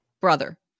brother